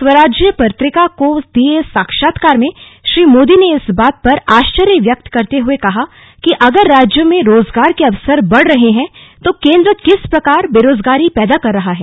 स्वराज्य पत्रिका को दिये साक्षात्कार में श्री मोदी ने इस बात पर आश्चर्य व्यक्त करते हुए कहा कि अगर राज्यों में रोजगार के अवसर बढ़ रहे हैं तो केंद्र किस प्रकार बेरोजगारी पैदा कर रहा है